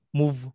move